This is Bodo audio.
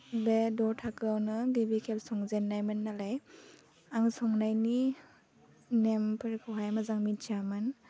बे द' थाखोआवनो गिबि खेब संजेन्नायमोन नालाय आं संनायनि नेमफोरखौहाय मोजां मिथियामोन